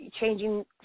changing